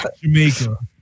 Jamaica